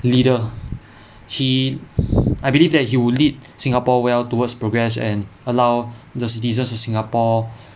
leader he I believe that he would lead singapore well towards progress and allow the citizens in singapore